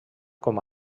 com